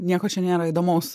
nieko čia nėra įdomaus